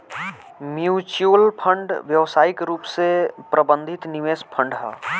mutual fund व्यावसायिक रूप से प्रबंधित निवेश फंड ह